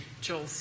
Joel